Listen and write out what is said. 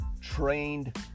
trained